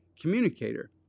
communicator